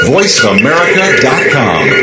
VoiceAmerica.com